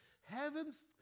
heaven's